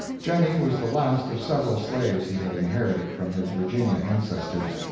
jennie was the last of several slaves he had inherited from his virginia ancestors.